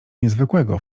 niezwykłego